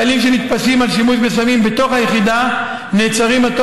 חיילים שנתפסים בשימוש בסמים בתוך היחידה נעצרים עד